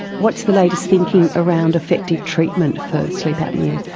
what's the latest thinking around effective treatment for sleep apnoea?